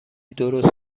درست